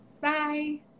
Bye